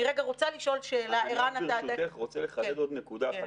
אני רק ברשותך רוצה לחדד עוד נקודה אחת,